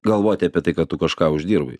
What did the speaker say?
galvoti apie tai kad tu kažką uždirbai